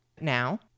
Now